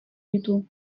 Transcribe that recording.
ditu